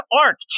arc